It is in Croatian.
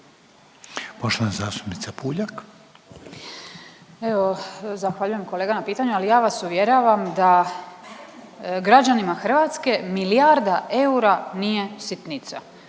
Poštovana zastupnica Puljak.